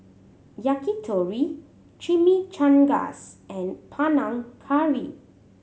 Yakitori Chimichangas and Panang Curry